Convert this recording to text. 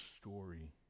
story